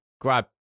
grab